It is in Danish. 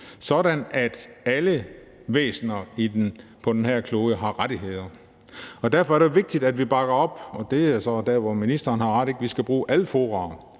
sådan at alle væsener på den her klode har rettigheder. Derfor er det jo vigtigt, at vi bakker op, og det er så der, hvor ministeren har ret, i forhold til at vi skal bruge alle fora,